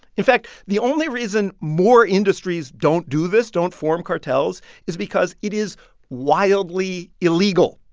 in fact, the only reason more industries don't do this don't form cartels is because it is wildly illegal.